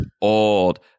old